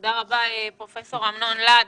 תודה רבה, פרופ' אמנון להד.